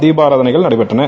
தீபாராதனைகள் நடைபெற்றன